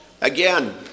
Again